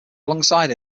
alongside